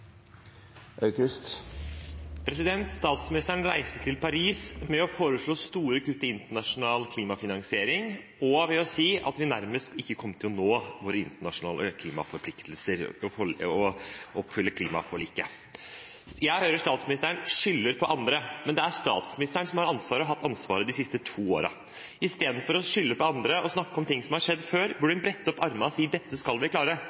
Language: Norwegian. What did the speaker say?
Aukrust – til oppfølgingsspørsmål. Statsministeren reiste til Paris samtidig med å foreslå store kutt i internasjonal klimafinansiering og si at vi nærmest ikke kom til å nå våre internasjonale klimaforpliktelser og oppfylle klimaforliket. Jeg hører statsministeren skylder på andre, men det er statsministeren som har ansvaret og har hatt det de siste to årene. Istedenfor å skylde på andre og snakke om ting som har skjedd før, burde hun brette opp ermene og si at dette skal vi klare.